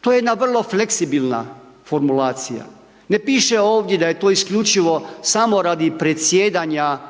to je jedna vrlo fleksibilna formulacija, ne piše ovdje da je to isključivo samo radi predsjedanja Vijećem